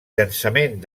llançament